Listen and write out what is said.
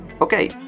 Okay